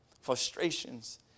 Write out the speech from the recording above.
frustrations